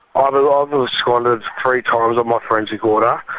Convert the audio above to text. um and i've ah absconded three times off my forensic order,